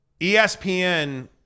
ESPN